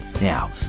Now